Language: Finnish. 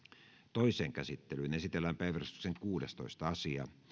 toiseen käsittelyyn esitellään päiväjärjestyksen kuudestoista asia